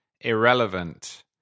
irrelevant